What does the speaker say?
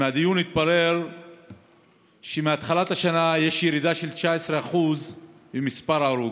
מהדיון התברר שמתחילת השנה יש ירידה של 19% במספר ההרוגים,